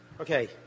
Okay